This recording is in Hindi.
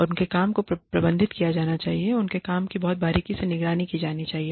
और उनके काम को प्रबंधित किया जाना चाहिए उनके काम की बहुत बारीकी से निगरानी की जानी चाहिए